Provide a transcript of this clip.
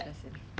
他不会